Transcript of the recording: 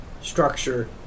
structure